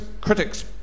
critics